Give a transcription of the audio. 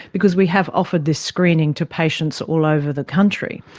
because we have offered this screening to patients all over the country.